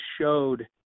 showed